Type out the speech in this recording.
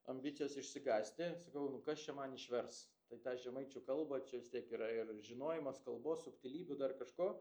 ambicijos išsigąsti sakau kas čia man išvers tai tą žemaičių kalbą čia vis tiek yra ir žinojimas kalbos subtilybių dar kažko